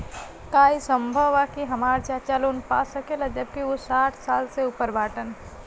का ई संभव बा कि हमार चाचा लोन पा सकेला जबकि उ साठ साल से ऊपर बाटन?